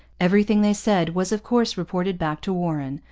everything they said was of course reported back to warren,